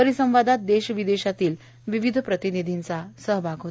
परिसंवादात देश विदेशातील विविध प्रतिनिधींचा सहभाग होता